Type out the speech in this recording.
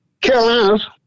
Carolinas